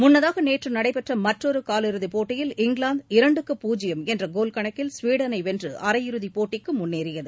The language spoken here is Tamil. முன்னதாக நேற்று நடந்த மற்றொரு காலிறுதிப் போட்டியில் இங்கிலாந்து இரண்டுக்கு பூஜ்யம் என்ற கோல் கணக்கில் ஸ்வீடனை வென்று அரையிறுதிப்போட்டிக்கு முன்னேறியது